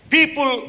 People